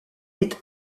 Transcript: est